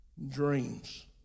dreams